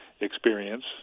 experience